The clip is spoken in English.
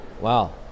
Wow